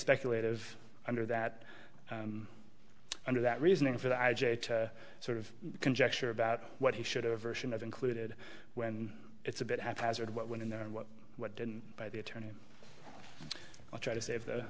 speculative under that under that reasoning for that sort of conjecture about what he should have a version of included when it's a bit haphazard what went in there and what what didn't by the attorney i'll try to save the